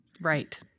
Right